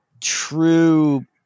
true